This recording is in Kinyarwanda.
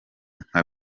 nka